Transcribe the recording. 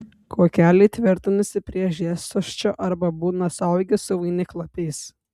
kuokeliai tvirtinasi prie žiedsosčio arba būna suaugę su vainiklapiais